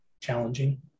challenging